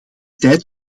tijd